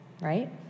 right